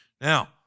Now